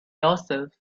yourself